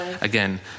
again